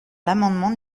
l’amendement